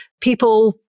people